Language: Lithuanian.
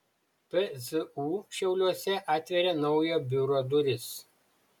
pzu šiauliuose atveria naujo biuro duris